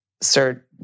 Sir